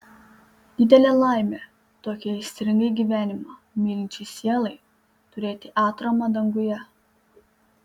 didelė laimė tokiai aistringai gyvenimą mylinčiai sielai turėti atramą danguje